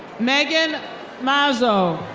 megan mazzo.